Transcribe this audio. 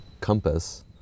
compass